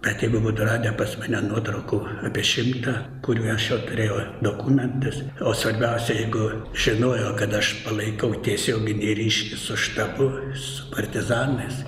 bet jeigų būtų radę pas mane nuotraukų apie šimtą kurių aš jau turėjau dokumentus o svarbiausia jeigu žinojo kad aš palaikau tiesioginį ryšį su štabu su partizanais